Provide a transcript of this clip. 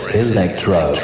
electro